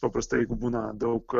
paprastai būna daug